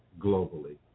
globally